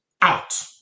out